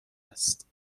است